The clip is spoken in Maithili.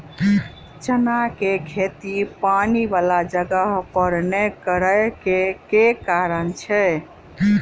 चना केँ खेती पानि वला जगह पर नै करऽ केँ के कारण छै?